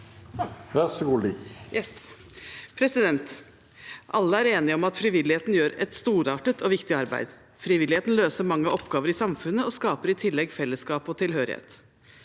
Lie (SV) Alle er enige om at frivil- ligheten gjør et storartet og viktig arbeid. Frivilligheten løser mange oppgaver i samfunnet og skaper i tillegg fellesskap og tilhørighet.